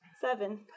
Seven